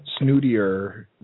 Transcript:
snootier